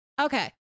Okay